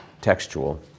textual